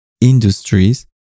industries